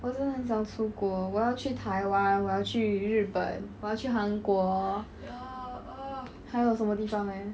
我真的很想出国我要去台湾我要去日本我要去韩国还有什么地方 eh